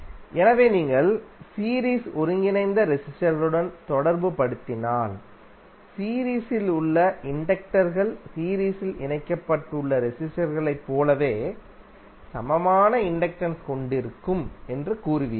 எனவே நீங்கள் சீரீஸில் ஒருங்கிணைந்த ரெசிஸ்டர் களுடன் தொடர்புபடுத்தினால் சீரீஸில் உள்ள இண்டக்டர் கள் சீரீஸில் இணைக்கப்பட்டுள்ள ரெசிஸ்டர் களைப் போலவே சமமான இண்டக்டன்ஸ் கொண்டிருக்கும் என்று கூறுவீர்கள்